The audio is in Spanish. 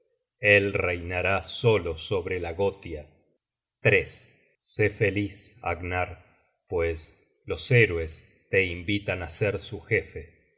él reinará solo sobre la gotia sé feliz agnar pues los héroes te invitan á ser su jefe